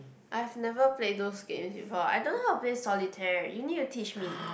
I have never play those game before I don't know how to play solitaire you need to teach me